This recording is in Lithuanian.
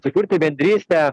sukurti bendrystę